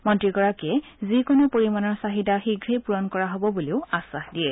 মন্ত্ৰীগৰাকীয়ে যিকোনো পৰিমাণৰ চাহিদা শীঘ্ৰেই পূৰণ কৰা হ'ব বুলি আশ্বাস দিয়ে